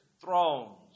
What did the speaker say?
thrones